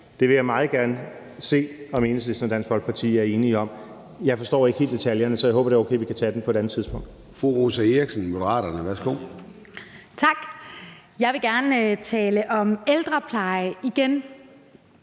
ud, vil jeg meget gerne se om Enhedslisten og Dansk Folkeparti er enige om. Jeg forstår ikke helt detaljerne, så jeg håber, det er okay, at vi tager den på et andet tidspunkt. Kl. 21:15 Formanden (Søren Gade): Fru Rosa Eriksen, Moderaterne.